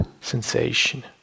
sensation